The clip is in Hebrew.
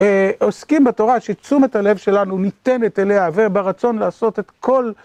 עוסקים בתורה שתשומת הלב שלנו ניתנת אליה וברצון לעשות את כל